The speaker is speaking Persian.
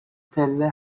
پله